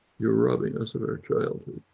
you're robbing us of our childhood.